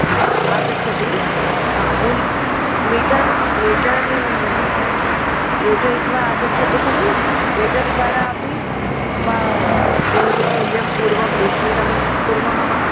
हा आगच्छतु हा मूल्यं मीटर् मीटर् योजयित्वा आगच्छतु खलु मीटर् द्वारा अपि वा किमपि मूल्यं पूर्वं निश्चितं कुर्मः वा